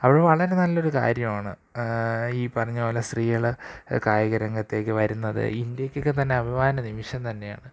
അത് വളരെ നല്ലൊരു കാര്യമാണ് ഈ പറഞ്ഞപോലെ സ്ത്രീകള് കായികരംഗത്തേക്ക് വരുന്നത് ഇന്ത്യക്കൊക്കെ തന്നെ അഭിമാന നിമിഷം തന്നെയാണ്